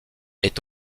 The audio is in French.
est